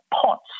pots